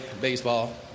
baseball